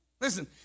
listen